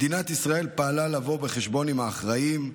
מדינת ישראל פעלה לבוא חשבון עם האחראים,